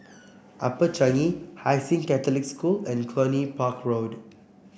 Upper Changi Hai Sing Catholic School and Cluny Park Road